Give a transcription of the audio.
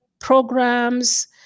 programs